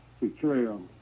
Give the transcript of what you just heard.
Betrayal